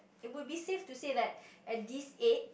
it would be safe to say like at this age